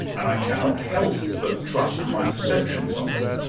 and i cannot help but trust my perceptions of it.